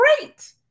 great